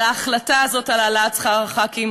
אז ההחלטה הזאת על העלאת שכר חברי הכנסת